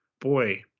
Boy